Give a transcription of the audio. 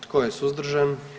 Tko je suzdržan?